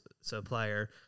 supplier